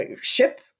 ship